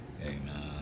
Amen